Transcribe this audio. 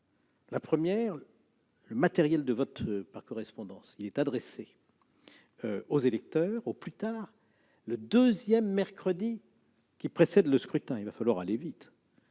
La première porte sur le matériel de vote par correspondance : celui-ci est adressé aux électeurs au plus tard le deuxième mercredi qui précède le scrutin-il va donc falloir aller vite.